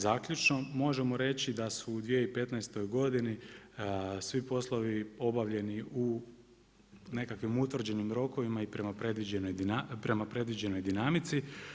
Zaključno možemo reći da su u 2015. svi poslovi obavljeni u nekakvim utvrđenim rokovima i prema predviđenoj dinamici.